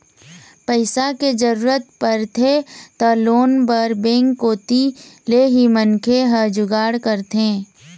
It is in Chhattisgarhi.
पइसा के जरूरत परथे त लोन बर बेंक कोती ले ही मनखे ह जुगाड़ करथे